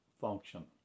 function